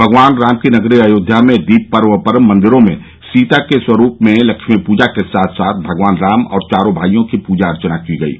भगवान राम की नगरी अयोध्या में दीप पर्व पर मंदिरों में सीता के स्वरूप में लक्ष्मी पजा के साथ साथ भगवान राम और चारों भाइयों की पजा अर्चना की गयी